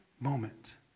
moment